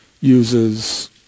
uses